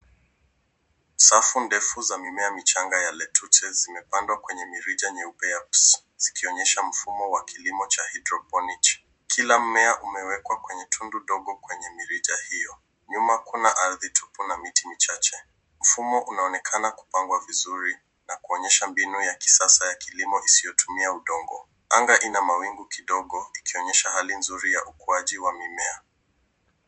Safu ndefu za mimea michanga ya lettuce zimepandwa kwenye mirija nyeupe ya zikionyesha mfumo wa kilimo cha hydroponiki. Kila mmea umewekwa tundu ndogo kwenye mirija hiyo. Nyuma kuna ardhi tupu na miti michache. Mfumo unaonekana kupangwa vizuri na kuonyesha mbinu ya kisasa ya kilimo isiyotumia udongo. Anga ina mawingu kidogo ikionyesha hali nzuri ya ukuaji wa mimea.